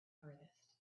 furthest